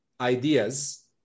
ideas